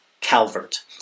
Calvert